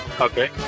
Okay